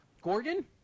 Gorgon